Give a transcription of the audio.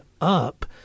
up